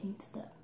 step